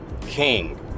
king